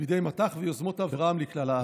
בידי מט"ח ויוזמות אברהם לכלל הארץ.